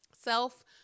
self